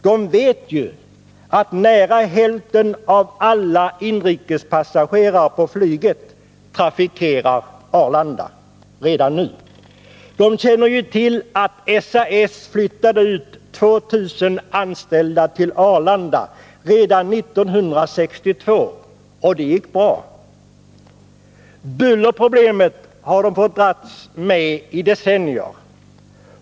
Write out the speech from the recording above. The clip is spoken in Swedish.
De vet ju att nära hälften av alla inrikespassagerare på flyget trafikerar Arlanda redan nu. De känner ju till att SAS flyttade över 2 000 anställda till Arlanda redan 1962 och att det gick bra. Bullerproblemet har de fått dras med i decennier.